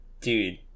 Dude